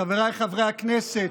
חבריי חברי הכנסת,